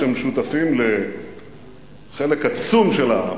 שהם משותפים לחלק עצום של העם,